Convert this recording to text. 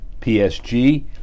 PSG